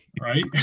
right